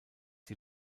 die